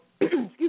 excuse